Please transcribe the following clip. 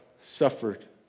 suffered